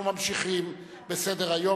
אנחנו ממשיכים בסדר-היום.